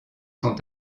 sont